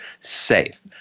safe